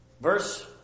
Verse